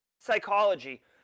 psychology